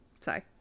Sorry